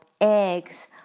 eggs